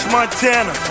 Montana